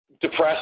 depressed